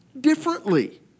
differently